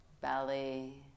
belly